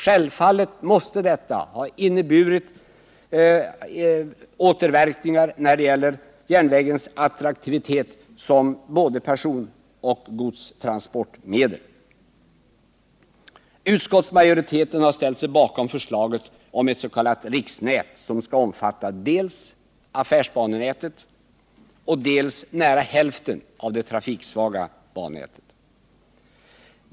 Självfallet måste detta ha inneburit återverkningar när det gäller järnvägens attraktivitet som både personoch godstransportmedel. Utskottsmajoriteten har ställt sig bakom förslaget om ett s.k. riksnät som skall omfatta dels affärsbanenätet, dels nära hälften av det trafiksvaga nätet.